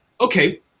okay